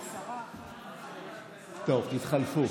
טוב, תתחלפו.